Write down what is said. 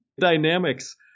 dynamics